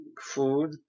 food